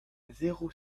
zéro